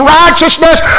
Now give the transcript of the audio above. righteousness